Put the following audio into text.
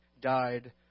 died